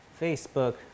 Facebook